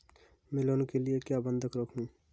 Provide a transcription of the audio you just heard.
मैं लोन के लिए क्या बंधक रखूं?